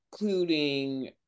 including